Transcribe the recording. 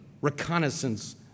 reconnaissance